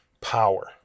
power